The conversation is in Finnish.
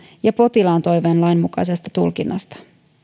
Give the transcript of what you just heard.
ja potilaan toiveen lainmukaisesta tulkinnasta